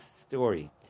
story